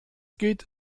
geht